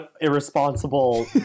irresponsible